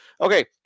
Okay